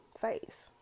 face